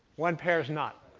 one pair's not.